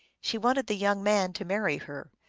she wanted the young man to marry her,